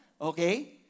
Okay